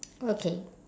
okay